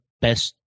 best